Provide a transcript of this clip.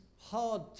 hard